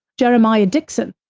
jeremiah dixon,